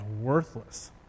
worthless